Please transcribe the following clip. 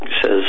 says